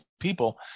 people